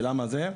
ולמה זה?